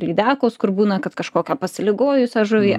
lydekos kur būna kad kažkokią pasiligojusią žuvį